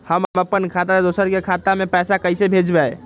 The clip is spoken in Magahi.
हम अपने खाता से दोसर के खाता में पैसा कइसे भेजबै?